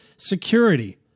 security